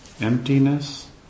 Emptiness